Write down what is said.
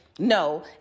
No